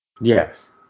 Yes